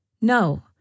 No